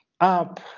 Up